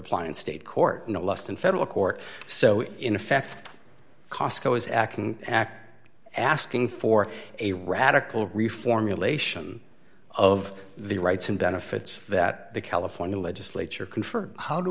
apply in state court no less than federal court so in effect cosco is acting act asking for a radical reformulation of the rights and benefits that the california legislature confer how do